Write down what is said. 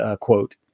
quote